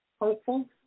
Hopeful